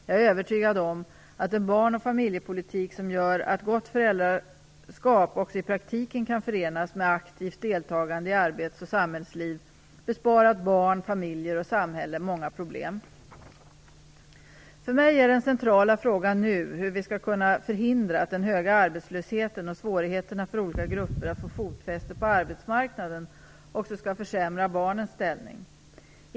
Jag är övertygad om att en barnoch familjepolitik som gör att gott föräldraskap också i praktiken kan förenas med aktivt deltagande i arbetsoch samhällsliv har besparat barn, familjer samhälle många problem. För mig är den centrala frågan nu hur vi skall kunna förhindra att den höga arbetslösheten och svårigheterna för olika grupper att få fotfäste på arbetsmarknaden också skall försämra barnens ställning.